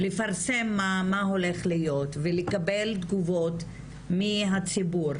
לפרסם מה הולך להיות ולקבל תגובות מהציבור,